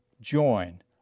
join